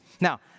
Now